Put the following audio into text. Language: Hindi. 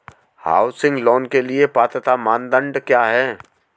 हाउसिंग लोंन के लिए पात्रता मानदंड क्या हैं?